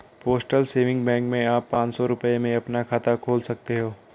postal saving bank में आप पांच सौ रूपये में अपना खाता खोल सकते हैं